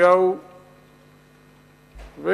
וכרגיל,